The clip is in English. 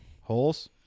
Holes